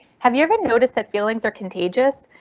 have you ever noticed that feelings are contagious?